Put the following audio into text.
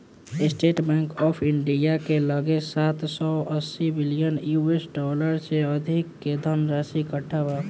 estate Bank of India के लगे सात सौ अस्सी बिलियन यू.एस डॉलर से अधिक के धनराशि इकट्ठा बा